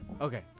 Okay